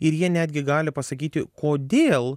ir jie netgi gali pasakyti kodėl